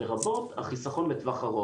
לרבות החיסכון לטווח ארוך.